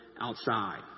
outside